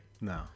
No